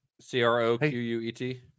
C-R-O-Q-U-E-T